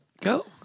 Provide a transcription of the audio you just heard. Go